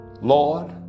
Lord